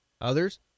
Others